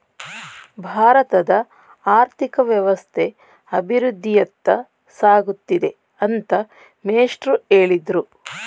ಭಾರತದ ಆರ್ಥಿಕ ವ್ಯವಸ್ಥೆ ಅಭಿವೃದ್ಧಿಯತ್ತ ಸಾಗುತ್ತಿದೆ ಅಂತ ಮೇಷ್ಟ್ರು ಹೇಳಿದ್ರು